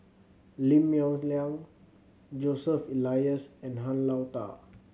Lim Yong Liang Joseph Elias and Han Lao Da